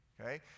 Okay